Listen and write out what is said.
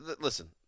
listen